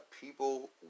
people